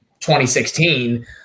2016